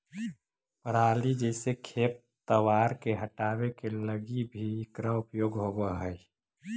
पराली जईसे खेप तवार के हटावे के लगी भी इकरा उपयोग होवऽ हई